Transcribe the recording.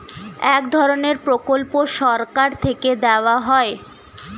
এক ধরনের প্রকল্প সরকার থেকে দেওয়া হয়